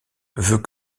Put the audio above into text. veut